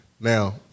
Now